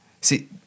See